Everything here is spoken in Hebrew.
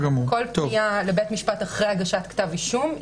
כל פנייה לבית משפט אחרי הגשת כתב אישום,